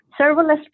serverless